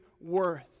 worth